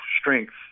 strength